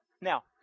Now